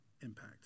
impact